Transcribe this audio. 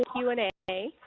the q and a,